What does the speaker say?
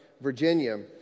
Virginia